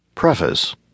Preface